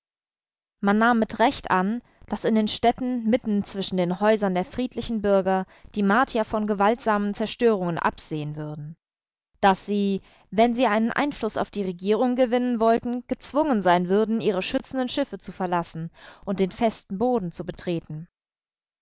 man nahm mit recht an daß in den städten mitten zwischen den häusern der friedlichen bürger die martier von gewaltsamen zerstörungen absehen würden daß sie wenn sie einen einfluß auf die regierung gewinnen wollten gezwungen sein würden ihre schützenden schiffe zu verlassen und den festen boden zu betreten